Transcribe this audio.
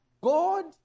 God